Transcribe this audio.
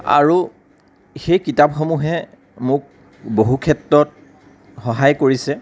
আৰু সেই কিতাপসমূহে মোক বহু ক্ষেত্ৰত সহায় কৰিছে